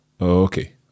Okay